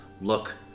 Look